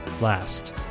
last